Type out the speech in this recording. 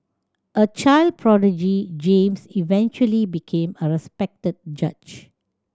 a child prodigy James eventually became a respected judge